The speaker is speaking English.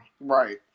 right